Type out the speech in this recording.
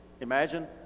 Imagine